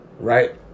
Right